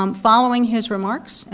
um following his remarks, and